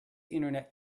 internet